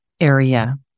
area